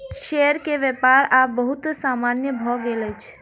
share के व्यापार आब बहुत सामान्य भ गेल अछि